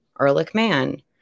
Ehrlichman